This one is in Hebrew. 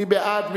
מי בעד?